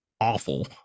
awful